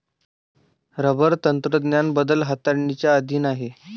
rubber तंत्रज्ञान बदल हाताळणीच्या अधीन आहे